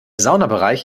saunabereich